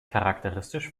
charakteristisch